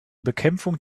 bekämpfung